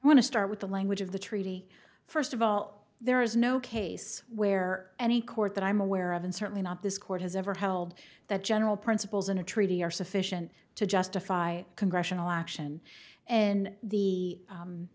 want to start with the language of the treaty first of all there is no case where any court that i'm aware of and certainly not this court has ever held that general principles in a treaty are sufficient to justify congressional action and the